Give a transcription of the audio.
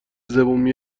زبون